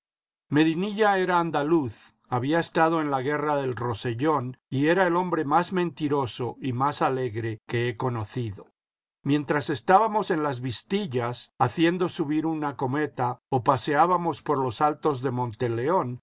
medinilla era andaluz había estado en la guerra del rosellón y era el hombre más mentiroso y más alegre que he conocido mientras estábamos en las vistillas haciendo subir una cometa o paseábamos por los altos de monteleón